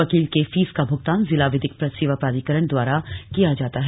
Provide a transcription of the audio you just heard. वकील के फीस का भुगतान जिला विधिक सेवा प्राधिकरण द्वारा किया जाता है